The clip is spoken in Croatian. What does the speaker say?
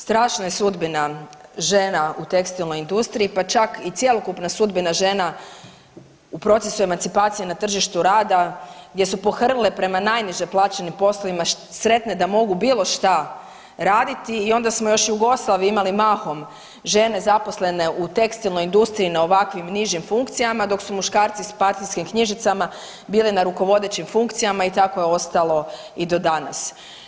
Strašna je sudbina žena u tekstilnoj industriji, pa čak i cjelokupna sudbina zemlja u procesu emancipacije na tržištu rada gdje su pohrlile prema najniže plaćenim poslovima sretne da mogu bilo šta raditi i onda smo još u Jugoslaviji imali mahom žene zaposlene u tekstilnoj industriji na ovakvim nižim funkcijama, dok su muškarci s partijskim knjižicama bili na rukovodećim funkcijama i tako je ostalo i do danas.